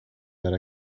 that